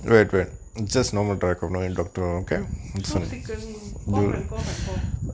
so sick I mean cough and cough and cough